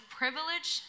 privilege